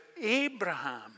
Abraham